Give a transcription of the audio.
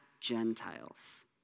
Gentiles